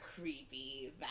creepy